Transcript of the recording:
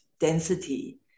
density